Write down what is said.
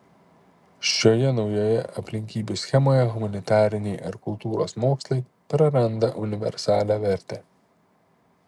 šioje naujoje aplinkybių schemoje humanitariniai ar kultūros mokslai praranda universalią vertę